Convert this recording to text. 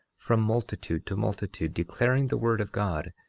from multitude to multitude, declaring the word of god,